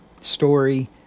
story